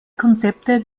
konzepte